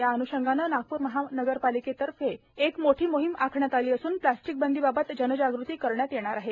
या अनुषंगाने नागप्र महानगरपालिकेने एक मोठी मोहीम आखली असुन प्लास्टिकबंदीबाबत जनजागृती करण्यात येणार आहे